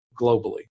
globally